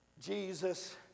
Jesus